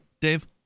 Dave